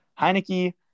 Heineke